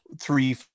three